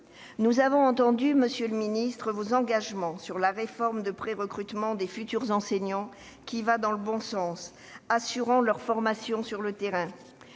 Nous avons entendu, monsieur le ministre, vos engagements sur la réforme du prérecrutement des futurs enseignants, qui va dans le bon sens en assurant leur formation sur le terrain.